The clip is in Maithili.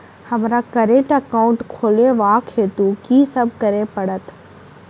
हमरा करेन्ट एकाउंट खोलेवाक हेतु की सब करऽ पड़त?